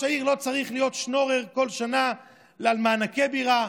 ראש העיר לא צריך להיות שנורר כל שנה למענקי הבירה,